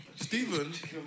Stephen